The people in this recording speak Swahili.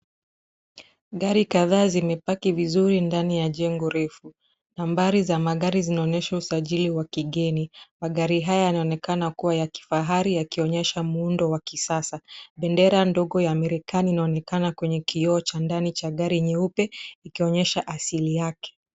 Gari kadhaa zimepaki vizuri ndani ya jengo refu. Nambari za magari zinaonyesha usajili wa kigeni. Magari haya yanaonekena kuwa ya kifahari yakionyesha muundo wa kisasa. Bendera ndogo ya Amerikani inaonekana kwenye kioo cha ndani cha gari nyeupe ikionyesha asili yake.